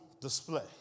display